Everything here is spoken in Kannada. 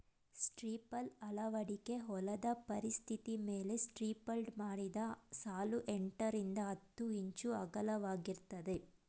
ಸ್ಟ್ರಿಪ್ಟಿಲ್ ಅಳವಡಿಕೆ ಹೊಲದ ಪರಿಸ್ಥಿತಿಮೇಲೆ ಸ್ಟ್ರಿಪ್ಟಿಲ್ಡ್ ಮಾಡಿದ ಸಾಲು ಎಂಟರಿಂದ ಹತ್ತು ಇಂಚು ಅಗಲವಾಗಿರ್ತದೆ